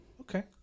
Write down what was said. Okay